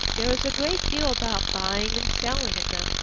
there is a great deal about buying and selling in them,